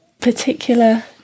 particular